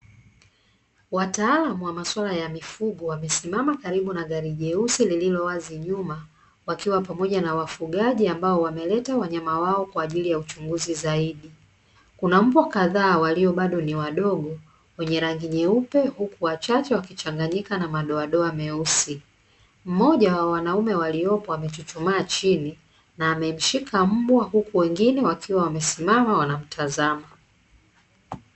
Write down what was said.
Wataalamu wa masuala ya mifugo wamesimama karibu na gari nyeusi lililo wazi nyuma wakiwa pamoja na wafugaji ambao wameleta wanyama wao kwa ajili ya uchunguzi zaidi kuna mbwa kadhaa walio bado ni wadogo wenye rangi nyeupe huku wachache wakichanganyika na madoadoa meusi mmoja wa wanaume waliopo wamechuchumaa chini na amemshika mbwa huku wengine wakiwa wamesimama wanamtazama.